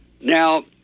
Now